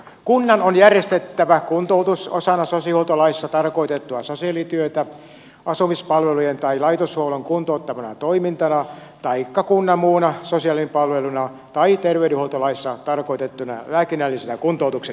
kunnan on järjestettävä kuntoutus osana sosiaalihuoltolaissa tarkoitettua sosiaalityötä asumispalvelujen tai laitoshuollon kuntouttavana toimintana taikka kunnan muuna sosiaalipalveluna tai terveydenhuoltolaissa tarkoitettuna lääkinnällisenä kuntoutuksena